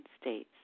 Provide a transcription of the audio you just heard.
states